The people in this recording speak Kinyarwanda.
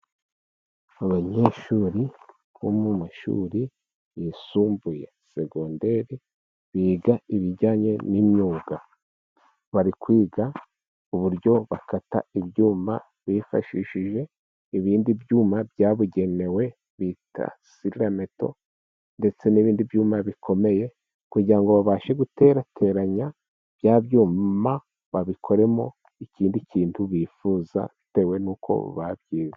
Abanyeshuri bo mu mashuri yisumbuye segonderi biga ibijyanye n'imyuga, bari kwiga uburyo bakata ibyuma bifashishije ibindi byuma byabugenewe bita silemeto, ndetse n'ibindi byuma bikomeye kugira ngo babashe guterateranya bya byuma babikoremo ikindi kintu bifuza bitewe n'uko babyize.